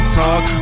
talk